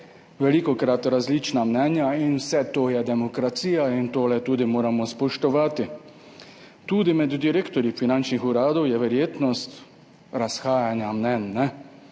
veljajo različna mnenja in vse to je demokracija in to moramo tudi spoštovati. Tudi med direktorji finančnih uradov je verjetnost razhajanja mnenj,